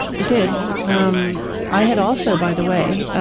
it did. um i had also, by the way,